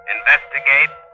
Investigate